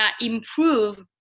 improve